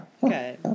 Good